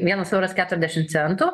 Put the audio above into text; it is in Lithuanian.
vienas euras keturdešimt centų